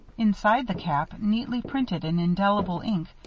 inside the cap, neatly printed in indelible ink,